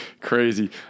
Crazy